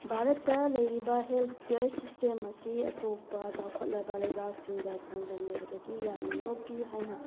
ꯚꯥꯔꯠꯇ ꯂꯩꯔꯤꯕ health care system ꯑꯁꯤ ꯑꯇꯣꯞꯄ ꯆꯥꯎꯈꯠꯂꯕ ꯂꯩꯕꯥꯛꯁꯤꯡꯒ ꯆꯥꯡꯗꯝꯅꯕꯗꯗꯤ ꯌꯥꯝꯅ ꯅꯣꯞꯄꯤ ꯍꯥꯏꯅ